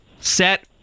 set